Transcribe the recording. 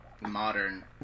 modern